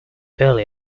early